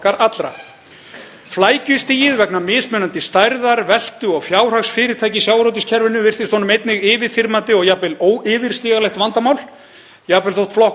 jafnvel þótt flokkur hans og ráðuneyti sé þekkt fyrir ákaflega skapandi vinnu og mikið hugvit þegar kemur að því að búa til girðingar og skerðingar í því kerfi sem eldri borgarar og öryrkjar reiða sig á,